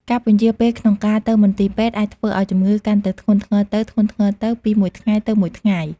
ការពន្យារពេលក្នុងការទៅមន្ទីរពេទ្យអាចធ្វើឱ្យជំងឺកាន់តែធ្ងន់ធ្ងរទៅៗពីមួយថ្ងៃទៅមួយថ្ងៃ។